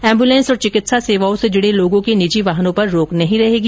ambulance और चिकित्सा सेवाओं से जुडे लोगों के निजी वाहनों पर रोक नहीं रहेगी